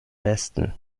besten